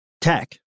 tech